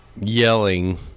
yelling